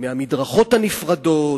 מהמדרכות הנפרדות,